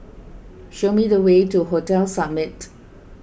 show me the way to Hotel Summit